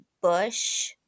Bush